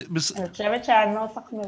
אני חושבת שהנוסח מעולה,